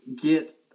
get